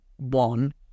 one